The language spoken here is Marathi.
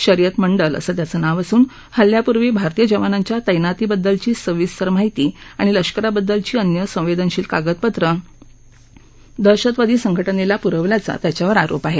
शरीयत मंडल असं त्याचं नाव असून हल्ल्यापूर्वी भारतीय जवानांच्या तैनातीबद्दलची सविस्तर माहिती आणि लष्कराबद्दलची अन्य संवेदनशील कागदपत्रं दहशतवादी संघटनेला पुरवल्याचा आरोप त्याच्यावर आहे